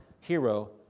hero